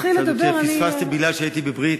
פספסתי כי הייתי בברית